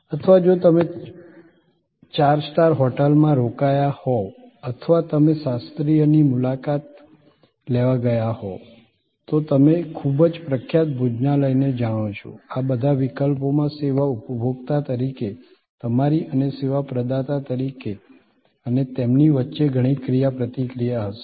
અથવા જો તમે ચાર સ્ટાર હોટેલમાં રોકાયા હોવ અથવા તમે શાસ્ત્રીયની મુલાકાત લેવા ગયા હોવ તો તમે ખૂબ જ પ્રખ્યાત ભોજનાલયને જાણો છો આ બધા વિકલ્પોમાં સેવા ઉપભોક્તા તરીકે તમારી અને સેવા પ્રદાતા તરીકે અને તેમની વચ્ચે ઘણી ક્રિયાપ્રતિક્રિયા હશે